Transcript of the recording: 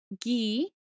ghee